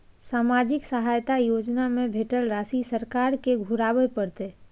सामाजिक सहायता योजना में भेटल राशि सरकार के घुराबै परतै?